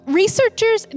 researchers